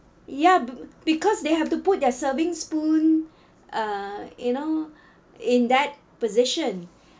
ya because they have to put their serving spoon uh you know in that position